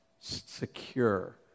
secure